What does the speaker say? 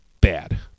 bad